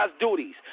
duties